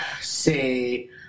say